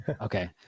Okay